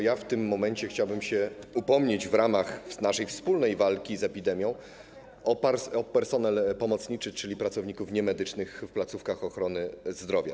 Ja w tym momencie chciałbym się upomnieć w ramach naszej wspólnej walki z epidemią o personel pomocniczy, czyli pracowników niemedycznych w placówkach ochrony zdrowia.